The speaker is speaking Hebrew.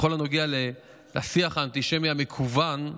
בכל הנוגע לשיח האנטישמי המקוון,